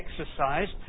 exercised